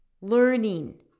learning